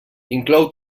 inclou